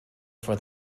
for